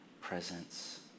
presence